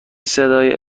صدای